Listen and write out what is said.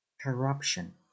Corruption